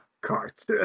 cards